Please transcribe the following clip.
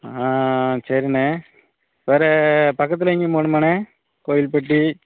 ஆ சரிண்ணே வேறு பக்கத்துல எங்கையும் போணுமாண்ணே கோயில்பட்டி